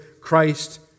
Christ